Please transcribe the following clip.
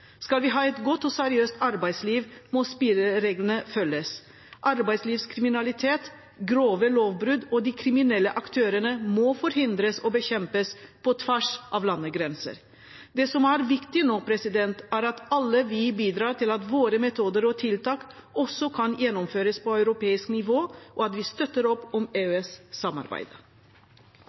Skal vi ha et godt og seriøst arbeidsliv, må spillereglene følges. Arbeidslivskriminalitet, grove lovbrudd og de kriminelle aktørene må forhindres og bekjempes på tvers av landegrenser. Det som er viktig nå, er at alle vi bidrar til at våre metoder og tiltak også kan gjennomføres på europeisk nivå, og at vi støtter opp om